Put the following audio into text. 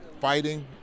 fighting